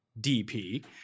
DP